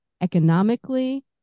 economically